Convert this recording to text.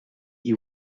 you